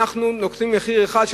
אנחנו נוקטים מחיר אחד,